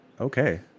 Okay